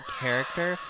character